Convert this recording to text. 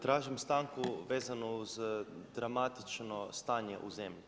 Tražim stanku vezanu uz dramatično stanje u zemlji.